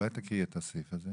אולי תקריאי את הסעיף הזה?